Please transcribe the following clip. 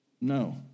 No